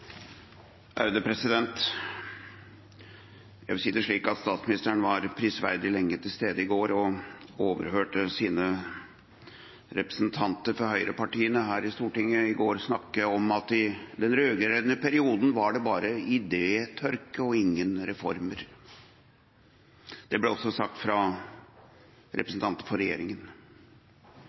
Jeg vil si det slik at statsministeren var prisverdig lenge til stede i går og overhørte sine representanter fra høyrepartiene her i Stortinget snakke om at det i den rød-grønne perioden bare var «idétørke» og ingen reformer. Det ble også sagt fra representanter for regjeringen.